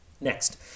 Next